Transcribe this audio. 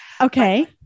Okay